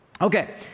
Okay